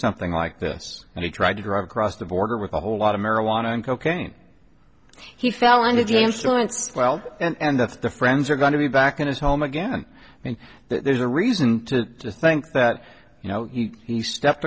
something like this and he tried to drive across the border with a whole lot of marijuana and cocaine he fell into james torrance well and that's the friends are going to be back in his home again and there's a reason to think that you know he stepped